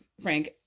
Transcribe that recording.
Frank